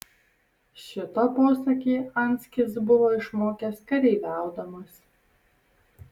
šitą posakį anskis buvo išmokęs kareiviaudamas